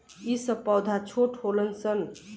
ई सब पौधा छोट होलन सन